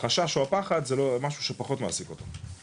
החשש או הפחד זה משהו שפחות מעסיק אותו.